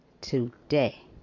today